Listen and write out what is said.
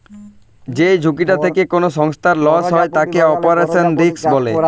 যেই ঝুঁকিটা থেকে কোনো সংস্থার লস হয় তাকে অপারেশনাল রিস্ক বলে